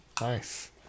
Nice